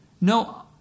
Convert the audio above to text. no